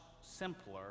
simpler